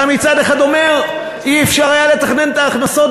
אתה מצד אחד אומר: אי-אפשר היה לתכנן את ההכנסות,